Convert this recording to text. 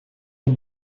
are